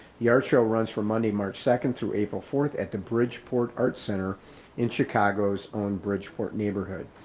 the art show runs for monday march second through april fourth at the bridgeport art center in chicago's own bridgeport neighborhood.